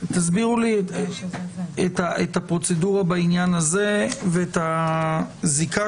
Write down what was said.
תסבירו לי את הפרוצדורה בעניין הזה ואת הזיקה